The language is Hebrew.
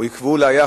או יקבעו לה,